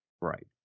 right